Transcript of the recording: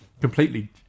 completely